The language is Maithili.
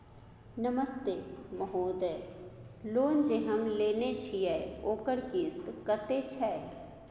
नमस्ते महोदय, लोन जे हम लेने छिये ओकर किस्त कत्ते छै?